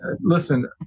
listen